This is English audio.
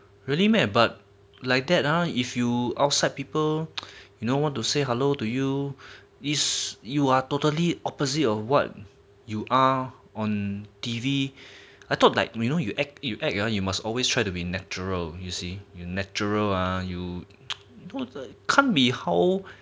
really meh but like that ah if you outside people you know what to say hello to you is you are totally opposite or what you are on T_V I thought like you know you act you act ah you must always try to be natural you see you natural ah you can't be how